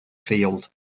field